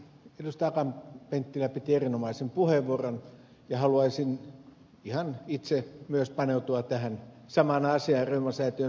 akaan penttilä piti erinomaisen puheenvuoron ja haluaisin itse myös paneutua tähän samaan asiaan reumasäätiön sairaalaan